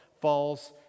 falls